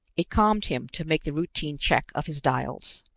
it calmed him to make the routine check of his dials.